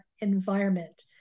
environment